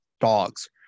dogs